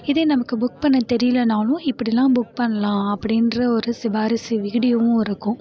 இதே நமக்கு புக் பண்ண தெரிலனாலும் இப்படிலாம் புக் பண்ணலாம் அப்படின்ற ஒரு சிபாரிசு வீடியோவும் இருக்கும்